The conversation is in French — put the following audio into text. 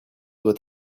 doit